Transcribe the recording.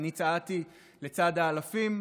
ואני צעדתי לצד האלפים,